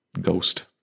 Ghost